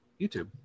YouTube